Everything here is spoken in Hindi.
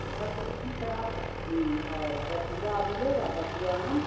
अच्छा तो ठीक है आप और बथुआ मिलेगा बथुआ आम